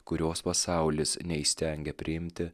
kurios pasaulis neįstengia priimti